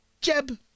Jeb